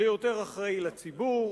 ליותר אחראי לציבור,